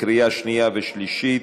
לקריאה שנייה ושלישית.